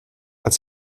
als